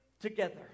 together